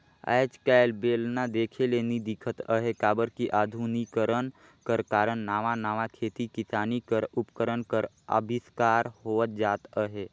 आएज काएल बेलना देखे ले नी दिखत अहे काबर कि अधुनिकीकरन कर कारन नावा नावा खेती किसानी कर उपकरन कर अबिस्कार होवत जात अहे